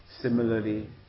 Similarly